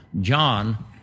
John